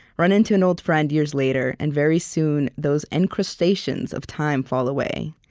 run into an old friend, years later, and very soon, those encrustations of time fall away.